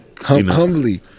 humbly